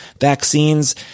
vaccines